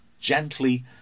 gently